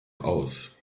aus